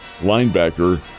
linebacker